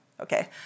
okay